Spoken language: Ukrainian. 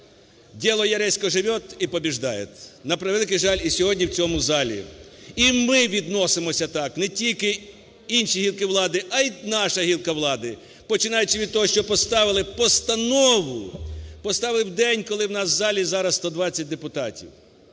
Дело Яресько живет и побеждает. На превеликий жаль, і сьогодні в цьому залі і ми відносимося так, не тільки інші гілки влади, а й наша гілка влади, починаючи від того, що поставили постанову, поставили в день, коли у нас в залі зараз 120 депутатів.